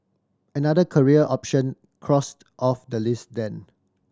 another career option crossed off the list then